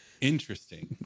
Interesting